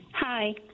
Hi